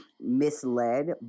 misled